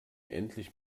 endlich